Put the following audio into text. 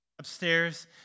Upstairs